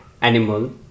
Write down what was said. animal